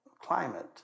climate